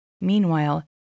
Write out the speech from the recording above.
Meanwhile